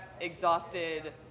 exhausted